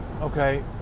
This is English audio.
Okay